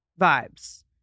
vibes